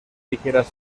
ligeras